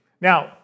Now